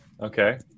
Okay